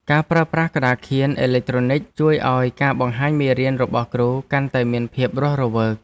ការប្រើប្រាស់ក្តារខៀនអេឡិចត្រូនិកជួយឱ្យការបង្ហាញមេរៀនរបស់គ្រូកាន់តែមានភាពរស់រវើក។